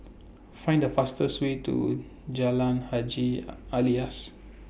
Find The fastest Way to Jalan Haji Alias